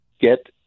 get